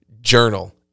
journal